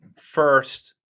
First